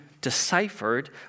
deciphered